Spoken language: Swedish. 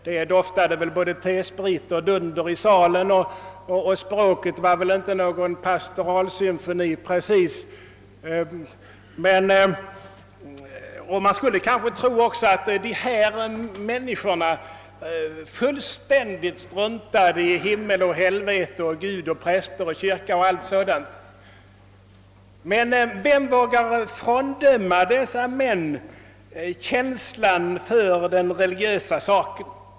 Det doftade både T sprit och dunder i salen, och språket var inte precis någon pastoralsymfoni. Man skulle tro att dessa människor fullständigt struntade i himmel och helvete, Gud och präster, kyrka och allt sådant. Men vem vågar fråndöma dessa människor känslan för den religiösa saken?